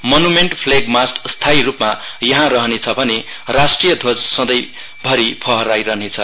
monumental flag mast स्थायी रूपमा यहाँ रहनेछ भने राष्ट्रिय ध्वज सँधै फहराईरहनेछ